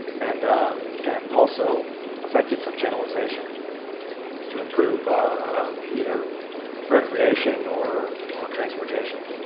and and also affected from channelization to improve either recreation or or transportation.